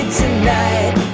tonight